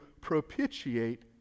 propitiate